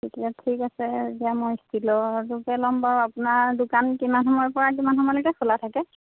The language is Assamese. তেতিয়া ঠিক আছে যে মই ইষ্টিলৰটোকে ল'ম বাৰু আপোনাৰ দোকান কিমান সময়ৰ পৰা কিমান সময়লৈকে খোলা থাকে